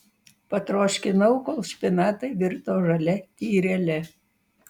patroškinau kol špinatai virto žalia tyrele